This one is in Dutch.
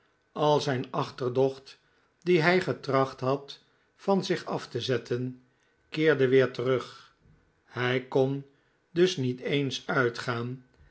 al zijn achterdocht die hij getracht had van zich af te zetten keerde weer terug zij kon dus niet eens uitgaan